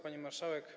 Pani Marszałek!